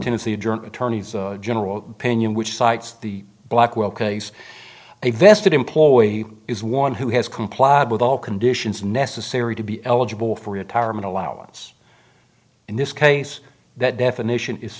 german attorney general opinion which cites the blackwell case a vested employee is one who has complied with all conditions necessary to be eligible for retirement allowance in this case that definition is